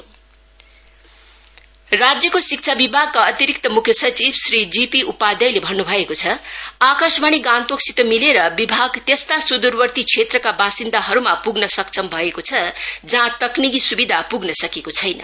education department broadcast राज्यको शिक्षा विभागका अतिरिक्त मुख्य सचिव श्री जीपी उपाध्यायले भन्नु भएको छ आकाशवाणी गान्तोकसित मिलेर विभाग यस्ता समुदूरवर्ती क्षेत्रका वासिन्दाहरूमा पुग्न सक्षम भएको छ जहाँ तकनिकी सुविधा पुग्न सकेको छैन